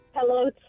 Hello